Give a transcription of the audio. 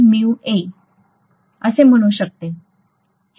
हे रीलक्टंस आहे